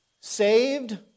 saved